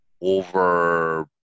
over